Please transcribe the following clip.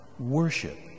worship